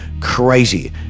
crazy